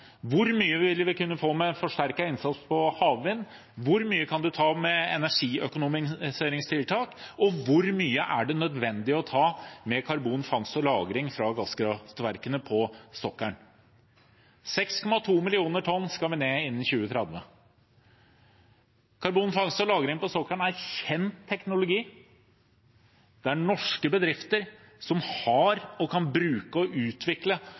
hvor mye vi kan ta med kraft fra land, hvor mye vi vil kunne få med forsterket innsats på havvind, hvor mye en kan ta med energiøkonomiseringstiltak, og hvor mye det er nødvendig å ta med karbonfangst og -lagring fra gasskraftverkene på sokkelen. 6,2 mill. tonn skal vi ned innen 2030. Karbonfangst og -lagring på sokkelen er kjent teknologi, det er norske bedrifter som har og kan bruke og utvikle